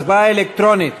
הצבעה אלקטרונית.